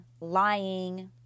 Lying